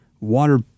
water